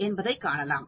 என்பதை காணலாம்